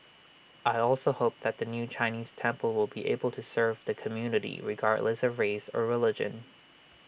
I also hope that the new Chinese temple will be able to serve the community regardless of race or religion